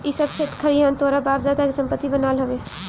इ सब खेत खरिहान तोहरा बाप दादा के संपत्ति बनाल हवे